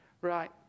Right